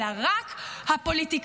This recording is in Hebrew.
אלא רק הפוליטיקאים.